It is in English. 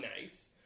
nice